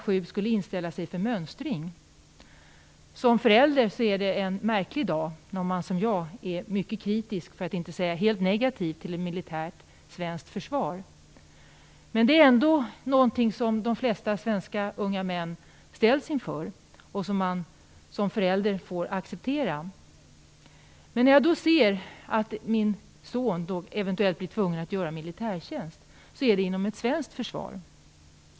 7 inställa sig för mönstring. Som förälder upplever man en märklig dag om man som jag är mycket kritisk, för att inte säga helt negativ, till ett militärt svenskt försvar. Men det är ändå någonting som de flesta svenska unga män ställs inför och som man som förälder får acceptera. När jag då ser att min son eventuellt blir tvungen att göra militärtjänst är det inom ett svenskt försvar.